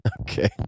Okay